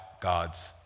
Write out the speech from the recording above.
God's